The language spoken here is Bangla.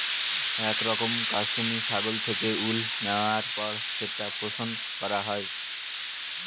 এক রকমের কাশ্মিরী ছাগল থেকে উল নেওয়ার পর সেটা প্রসেস করা হয়